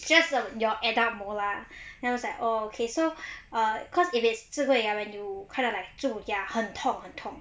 just that your adult molar then I was like oh okay so ah cause if it's 智慧牙 when you kind of like 蛀牙很痛很痛